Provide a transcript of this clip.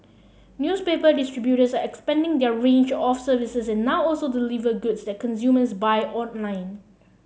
newspaper distributors are expanding their range of services and now also deliver goods that consumers buy online